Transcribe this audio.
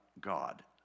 god